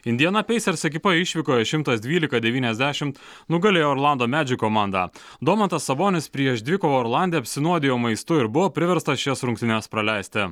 indiana peisers ekipa išvykoje šimtas dvylika devyniasdešimt nugalėjo orlando medžik komandą domantas sabonis prieš dvikovą orlande apsinuodijo maistu ir buvo priverstas šias rungtynes praleisti